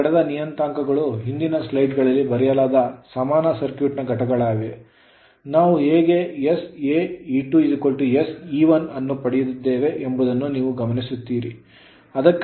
ಇಲ್ಲಿ ಪಡೆದ ನಿಯತಾಂಕಗಳು ಹಿಂದಿನ ಸ್ಲೈಡ್ ಗಳಲ್ಲಿ ಬರೆಯಲಾದ ಸಮಾನ ಸರ್ಕ್ಯೂಟ್ ನ ಘಟಕಗಳಾಗಿವೆ ನಾವು ಹೇಗೆ saE2 sE1 ಅನ್ನು ಪಡೆದಿದ್ದೇವೆ ಎಂಬುದನ್ನು ನೀವು ಗಮನಿಸುತ್ತೀರಿ